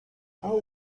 how